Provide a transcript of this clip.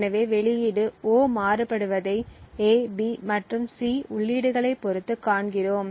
எனவே வெளியீடு O மாறுபடுவதை A B மற்றும் C உள்ளீடுகளைப் பொறுத்து காண்கிறோம்